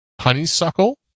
honeysuckle